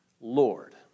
Lord